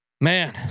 man